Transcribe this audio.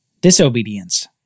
Disobedience